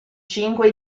cinque